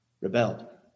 rebelled